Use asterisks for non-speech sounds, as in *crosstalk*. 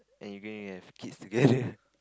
and you going to have kids *laughs* together